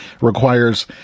requires